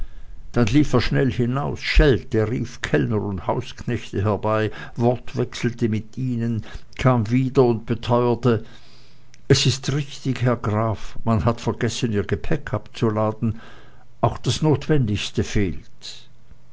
dann lief er schnell hinaus schellte rief kellner und hausknechte herbei wortwechselte mit ihnen kam wieder und beteuerte es ist richtig herr graf man hat vergessen ihr gepäck abzuladen auch das notwendigste fehlt